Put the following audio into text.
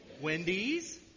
Wendy's